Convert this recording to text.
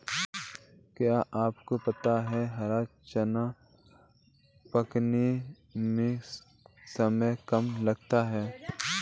क्या आपको पता है हरा चना पकाने में समय कम लगता है?